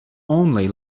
only